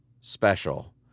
special